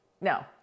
No